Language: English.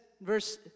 verse